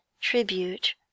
tribute